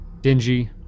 dingy